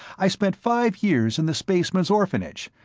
i spent five years in the spacemen's orphanage,